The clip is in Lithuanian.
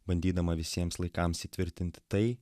bandydama visiems laikams įtvirtinti tai